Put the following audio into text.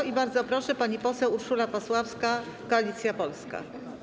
I bardzo proszę, pani poseł Urszula Pasławska, Koalicja Polska.